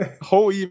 whole